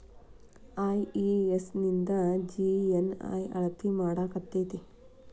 IES ನಿಂದ GNI ಅಳತಿ ಮಾಡಾಕಕ್ಕೆತಿ?